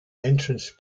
entrance